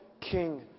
King